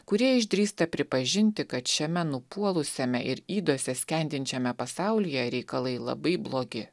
kurie išdrįsta pripažinti kad šiame nupuolusiame ir ydose skendinčiame pasaulyje reikalai labai blogi